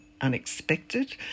unexpected